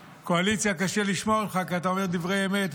ולקואליציה קשה לשמוע אותך כי אתה אומר דברי אמת,